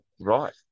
right